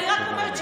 אני רק אומרת,